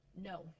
No